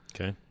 Okay